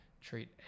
treat